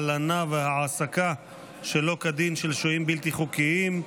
הלנה והעסקה שלא כדין של שוהים בלתי חוקיים),